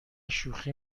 شوخی